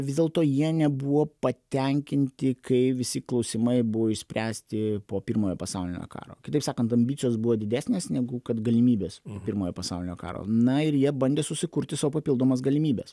vis dėlto jie nebuvo patenkinti kai visi klausimai buvo išspręsti po pirmojo pasaulinio karo kitaip sakant ambicijos buvo didesnės negu kad galimybės pirmojo pasaulinio karo na ir jie bandė susikurti sau papildomas galimybes